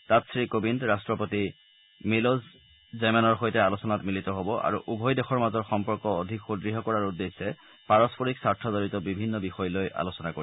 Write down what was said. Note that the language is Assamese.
তাত শ্ৰীকোবিন্দ ৰাট্টপতি মিল'জ জেমেনৰ সৈতে আলোচনাত মিলিত হব আৰু উভয় দেশৰ মাজৰ সম্পৰ্ক অধিক সদ্য় কৰাৰ উদ্দেশ্যে পাৰস্পৰিক স্বাৰ্থজড়িত বিভিন্ন বিষয় লৈ আলোচনা কৰিব